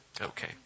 Okay